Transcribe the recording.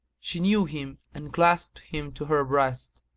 she knew him and clasped him to her breast,